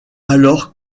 alors